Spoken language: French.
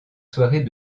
soirées